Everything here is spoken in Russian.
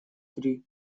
три